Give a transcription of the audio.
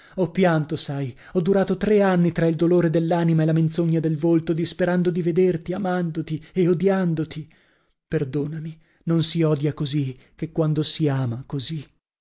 ho pianto sai ho durato tre anni tra il dolore dell'anima e la menzogna del volto disperando di vederti amandoti e odiandoti perdonami non si odia così che quando si ama così